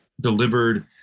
delivered